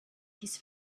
his